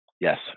yes